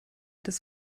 des